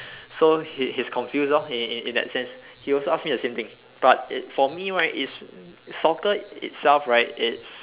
so he he's confused lor in in that sense he also ask me the same thing but for me right is soccer itself right it's